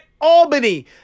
Albany